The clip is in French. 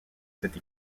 cette